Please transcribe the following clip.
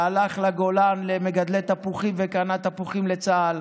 והלך לגולן למגדלי תפוחים וקנה תפוחים לצה"ל,